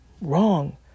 wrong